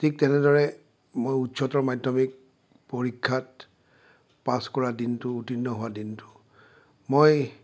ঠিক তেনেদৰে মই উচ্চতৰ মাধ্যমিক পৰীক্ষাত পাছ কৰা দিনটো উত্তীৰ্ণ হোৱা দিনটো মই